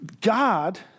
God